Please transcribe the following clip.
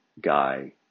guy